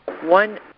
one